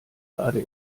gerade